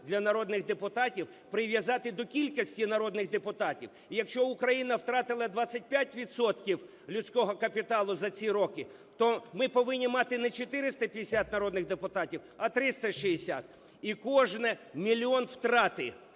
для народних депутатів, прив'язати до кількості народних депутатів. І якщо України втратила 25 відсотків людського капіталу за ці роки, то ми повинні мати не 450 народних депутатів, а 360, і кожен мільйон втрати